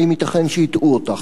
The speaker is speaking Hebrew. האם ייתכן שהטעו אותך?